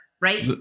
right